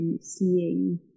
seeing